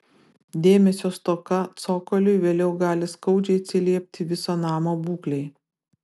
dėmesio stoka cokoliui vėliau gali skaudžiai atsiliepti viso namo būklei